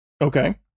Okay